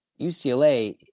UCLA